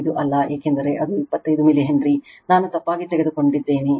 5 ಅಲ್ಲ ಏಕೆಂದರೆ ಅದು 25 ಮಿಲಿ ಹೆನ್ರಿ ನಾನು ತಪ್ಪಾಗಿ ತೆಗೆದುಕೊಂಡಿದ್ದೇನೆ